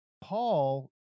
Paul